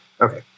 Okay